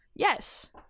Yes